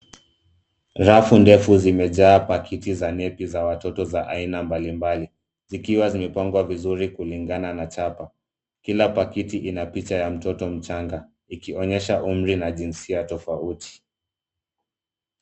Rafu ndefu zimejaa pakiti za nepi za watoto za aina mbalimbali zikiwa zimepangwa vizuri kulingana na chapa. Kila pakiti ina picha ya mtoto mchanga ikionyesha umri na jinsia tofauti.